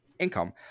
income